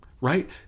right